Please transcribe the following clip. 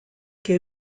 que